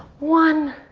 one